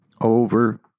over